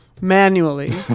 manually